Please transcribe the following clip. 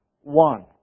one